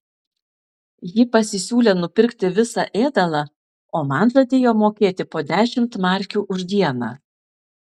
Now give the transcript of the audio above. ji pasisiūlė nupirkti visą ėdalą o man žadėjo mokėti po dešimt markių už dieną